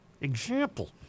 example